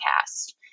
cast